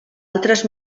altres